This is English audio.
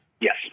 Yes